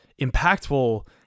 impactful